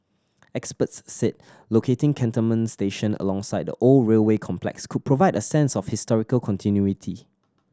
experts said locating Cantonment station alongside the old railway complex could provide a sense of historical continuity